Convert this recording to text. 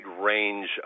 range